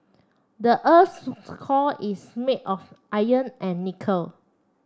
the earth's core is made of iron and nickel